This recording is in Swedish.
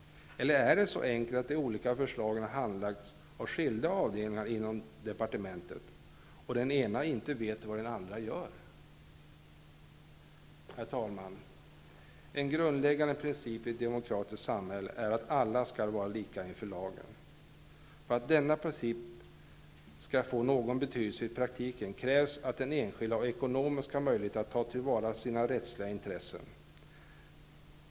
Eller är det så enkelt att de olika förslagen har handlagts av skilda avdelningar inom departementet och att den ena inte vet vad den andra gör? Herr talman! En grundläggande princip i ett demokratiskt samhälle är att alla skall vara lika inför lagen. För att denna princip skall få någon betydelse i praktiken krävs att den enskilde har ekonomiska möjligheter att ta till vara sina rättsliga intressen.